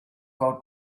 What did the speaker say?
out